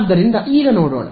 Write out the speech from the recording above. ಆದ್ದರಿಂದ ಈಗ ನೋಡೋಣ